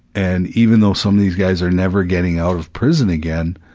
and even though some of these guys are never getting out of prison again,